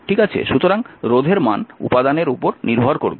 সুতরাং রোধের মান উপাদানের উপর নির্ভর করবে